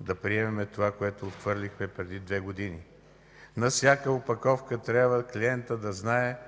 да приемем това, което отхвърлихте преди две години. На всяка опаковка – клиентът трябва да знае